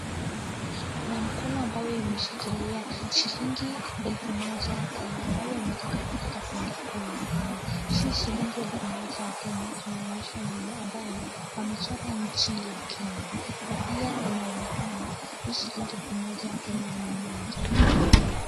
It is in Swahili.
Kuna mkono ambayo imeshikilia shilingi elfu moja Kenya ambayo imetoka katika benki kuu ya Kenya. Hii shilingi elfu moja Kenya tumeonyeshwa nyuma ambayo wamechora nchi ya Kenya. Na pia inaonekana hii shilingi elfu moja Kenya ni moja tu.